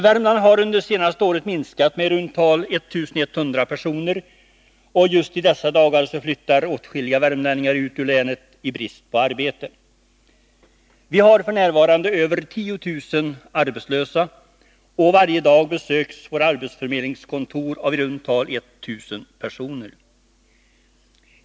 Värmland har under det senaste året minskat med i runt tal 1 100 personer, och just i dessa dagar flyttar åtskilliga värmlänningar ut ur länet i brist på arbete. Vi har f.n. över 10000 arbetslösa, och varje dag besöks våra arbetsförmedlingskontor av i runt tal 1000 personer.